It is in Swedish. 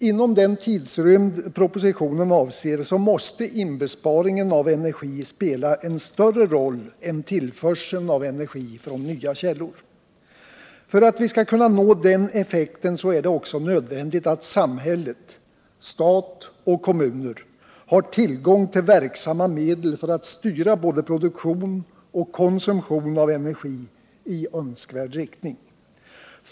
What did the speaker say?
Inom den tidrymd propositionen avser måste inbesparingen av energi spela en större roll än tillförseln av energi från nya källor. För att vi skall nå denna effekt är det också nödvändigt att samhället — stat och kommuner — har tillgång till verksamma medel för att styra både produktion och konsumtion av energi i önskvärd riktning.